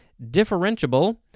differentiable